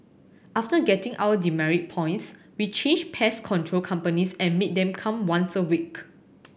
after getting our demerit points we changed pest control companies and made them come once a week